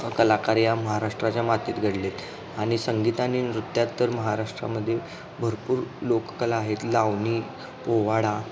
कलाकार या महाराष्ट्राच्या मातीत घडले आहेत आणि संगीत आणि नृत्यात तर महाराष्ट्रामध्ये भरपूर लोककला आहेत लावणी पोवाडा